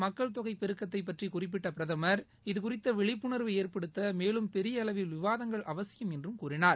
மக்கள் தொகை பெருக்கத்தை பற்றி குறிப்பிட்ட பிரதமர் இது குறித்த விழிப்புணர்வை ஏற்படுத்த மேலும் பெரிய அளவில் விவாதங்கள் அவசியம் என்று கூறினார்